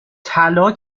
طلا